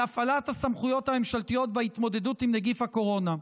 על הפעלת הסמכויות הממשלתיות בהתמודדות עם נגיף הקורונה.